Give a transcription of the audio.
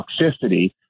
toxicity